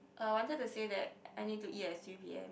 I wanted to say that I need to eat at three p_m